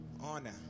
honor